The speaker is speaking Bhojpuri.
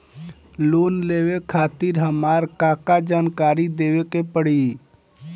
लोन लेवे खातिर हमार का का जानकारी देवे के पड़ी?